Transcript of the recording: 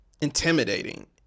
intimidating